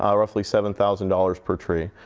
um ruffle seven thousand dollars per tree.